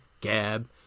Gab